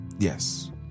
yes